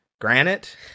granite